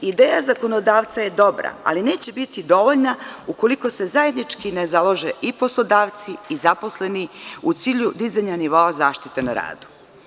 Ideja zakonodavca je dobra, ali neće biti dovoljna ukoliko se zajednički ne založe i poslodavci i zaposleni u cilju dizanja nivoa zaštite na radu.